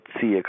see